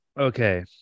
Okay